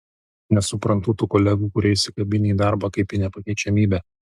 nesuprantu tų kolegų kurie įsikabinę į darbą kaip į nepakeičiamybę